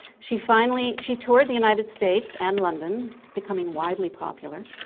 she finally, she toured the united states and london, becoming widely popular,